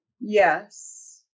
yes